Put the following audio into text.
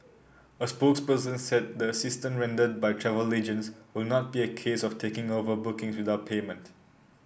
a spokesperson said the assistance rendered by travel agents will not be a case of taking over bookings without payment